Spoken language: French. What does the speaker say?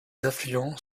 affluents